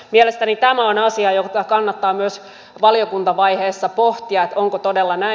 mielestäni tämä on asia jota kannattaa myös valiokuntavaiheessa pohtia onko todella näin